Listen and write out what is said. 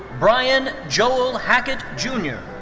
brian joel hackett jr.